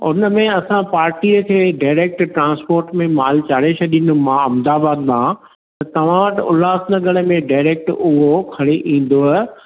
उन में असां पार्टीअ खे डायरेक्ट ट्रांस्पोर्ट में माल चाढ़े छॾींदुमि मां अहमदाबाद मां तव्हां वटि उल्हासनगर में डेरेक्ट उहो खणी ईंदव